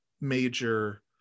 major